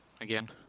again